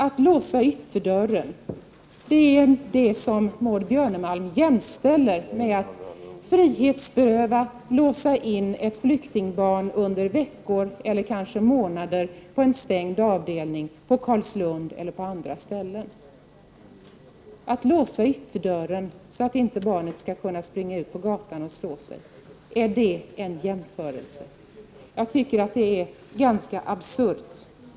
Att låsa ytterdörren jämställer Maud Björnemalm med att frihetsberöva och låsa in ett flyktingbarn under veckor eller kanske månader i en stängd avdelning på Carlslund eller andra ställen. Att låsa ytterdörren för att inte barnet skall springa ut på gatan och slå sig — är det en jämförelse? Jag tycker att det är ganska absurt.